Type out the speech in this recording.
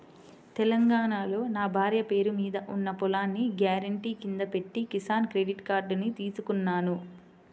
తెలంగాణాలో నా భార్య పేరు మీద ఉన్న పొలాన్ని గ్యారెంటీ కింద పెట్టి కిసాన్ క్రెడిట్ కార్డుని తీసుకున్నాను